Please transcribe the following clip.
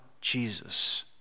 Jesus